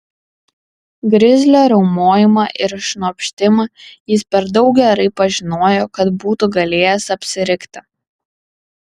grizlio riaumojimą ir šnopštimą jis per daug gerai pažinojo kad būtų galėjęs apsirikti